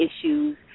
issues